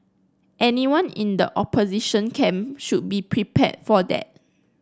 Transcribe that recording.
anyone in the opposition camp should be prepared for that